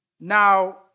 Now